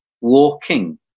walking